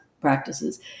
practices